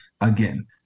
again